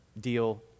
deal